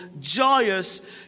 joyous